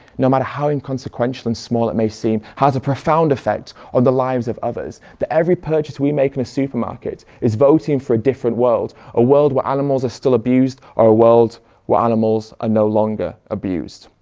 no matter how inconsequential and small it may seem, has a profound effect on the lives of others? that every purchase we make in a supermarket is voting for a different world? a world where animals are still abused or a world where animals are no longer abused?